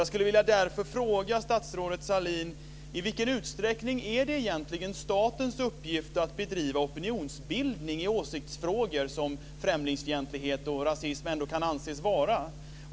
Jag skulle därför vilja fråga statsrådet Sahlin: I vilken utsträckning är det egentligen statens uppgift att bedriva opinionsbildning i åsiktsfrågor som främlingsfientlighet och rasism ändå kan anses vara?